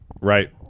Right